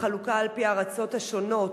בחלוקה על-פי הארצות השונות,